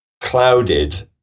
clouded